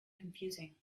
confusing